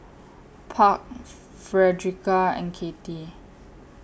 Park Frederica and Kattie